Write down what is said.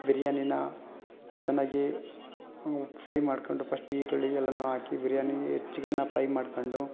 ಬಿರ್ಯಾನಿನ ಚೆನ್ನಾಗಿ ಫ್ರೈ ಮಾಡ್ಕೊಂಡು ಫಶ್ಟು ಈರುಳ್ಳಿ ಎಲ್ಲವು ಹಾಕಿ ಬಿರ್ಯಾನಿ ಚಿಕನನ್ನ ಫ್ರೈ ಮಾಡ್ಕೊಂಡು